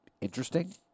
interesting